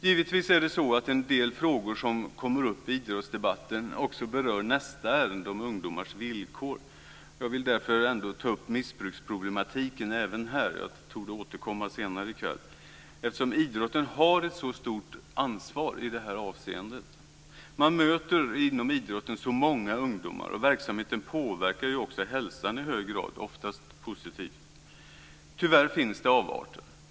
Givetvis berör en del av de frågor som kommer upp i idrottsdebatten också nästa ärende om ungdomars villkor. Jag vill därför ändå ta upp missbruksproblematiken även här - jag torde återkomma senare i kväll - eftersom idrotten har ett så stort ansvar i det här avseendet. Man möter inom idrotten så många ungdomar, och verksamheten påverkar ju också hälsan i hög grad, oftast positivt. Tyvärr finns det avarter.